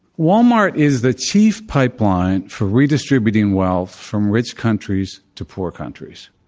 walmart is the chief pipeline for redistributing wealth from rich countries to poor countries.